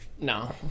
No